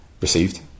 received